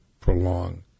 prolong